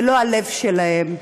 ולא הלב שלהם.